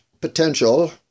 Potential